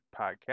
podcast